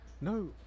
No